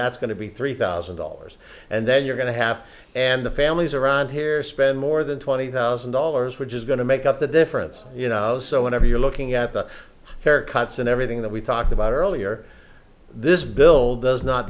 that's going to be three thousand dollars and then you're going to have and the families around here spend more than twenty thousand dollars which is going to make up the difference you know so whenever you're looking at the haircuts and everything that we talked about earlier this bill does not